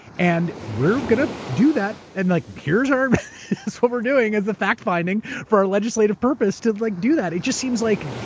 and we're going to do that and like here's our. that's what we're doing is the fact finding for our legislative purpose to like do that. it just seems like,